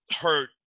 hurt